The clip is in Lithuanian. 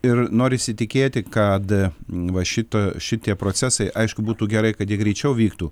ir norisi tikėti kad va šito šitie procesai aišku būtų gerai kad jie greičiau vyktų